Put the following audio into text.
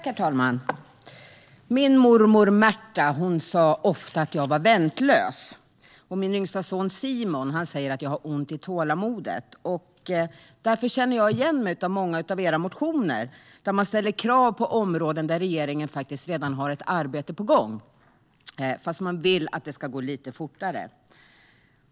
Herr talman! Min mormor Märta sa ofta att jag var "väntlös", och min yngsta son Simon säger att jag har ont i tålamodet. Därför känner jag igen mig i många av ledamöternas motioner, där man ställer krav inom områden där regeringen faktiskt redan har ett arbete på gång och vill att det ska gå lite fortare.